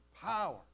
power